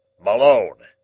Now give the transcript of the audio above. malone!